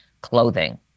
clothing